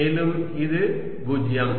மேலும் இது 0